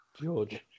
George